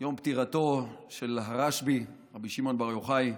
יום פטירתו של הרשב"י, רבי שמעון בר יוחאי.